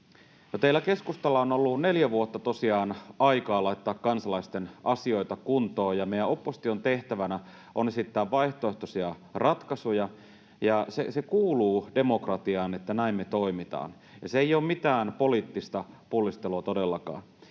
teillä, keskustalla, on ollut tosiaan neljä vuotta aikaa laittaa kansalaisten asioita kuntoon, ja meidän opposition tehtävänä on esittää vaihtoehtoisia ratkaisuja. Se kuuluu demokratiaan, että näin me toimitaan, ja se ei ole mitään poliittista pullistelua todellakaan.